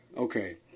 Okay